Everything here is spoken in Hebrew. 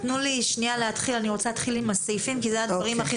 להתחיל עם הסעיפים כי אלה הדברים הכי